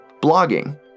Blogging